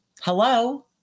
Hello